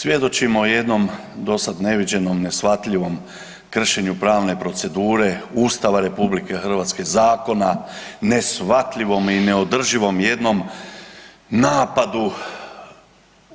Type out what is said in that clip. Svjedočimo jednom dosad neviđenom, neshvatljivom kršenju pravne procedure Ustava RH zakona, neshvatljivom i neodrživom jednom napadu